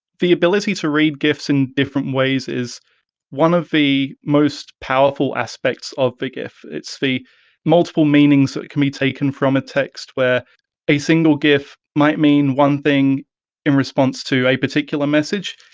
the ability to read gifs in different ways is one of the most powerful aspects of the gif. it's the multiple meanings that can be taken from a text where a single gif might mean one thing in response to a particular message.